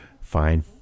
Fine